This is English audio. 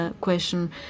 question